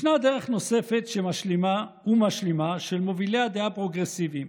ישנה דרך נוספת ומשלימה של מובילי הדעה הפרוגרסיבית,